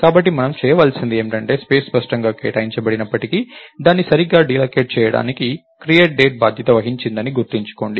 కాబట్టి మనం చేయవలసినది ఏమిటంటే స్పేస్ స్పష్టంగా కేటాయించబడినప్పటికీ దాన్ని సరిగ్గా డీఅల్లోకేట్ చేయడానికి create date బాధ్యత వహించదని గుర్తుంచుకోండి